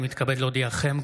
אני מתכבד להודיעכם,